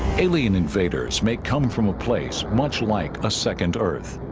alien invaders may come from a place much like a second earth